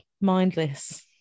mindless